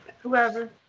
Whoever